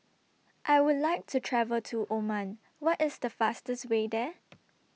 I Would like to travel to Oman What IS The fastest Way There